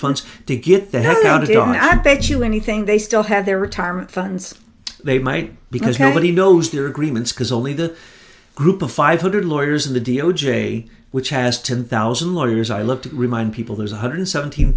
funds to get the heck out of their ad bet you anything they still have their retirement funds they might because nobody knows their agreements because only the group of five hundred lawyers in the d o j which has ten thousand lawyers i look to remind people there's one hundred seventeen